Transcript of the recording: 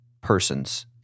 persons